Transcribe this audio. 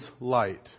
light